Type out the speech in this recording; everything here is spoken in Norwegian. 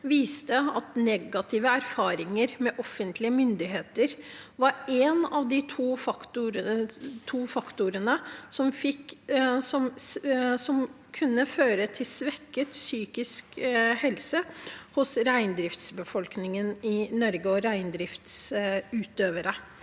viste at negative erfaringer med offentlige myndigheter var en av de to faktorene som kunne føre til svekket psykisk helse hos reindriftsbefolkningen og reindriftsutøvere